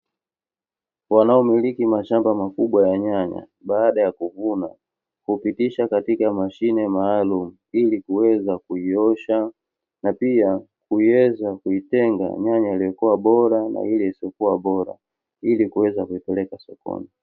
Wanao miliki mashamba makubwa ya nyanya baada ya kuvuna hupitisha katika mashine maalumu, ili kuweza kuiosha na pia kuiweza kuitenga nyanya iliyokuwa bora na ile isiyokuwa bora ili kuweza kuipeleka sokoni.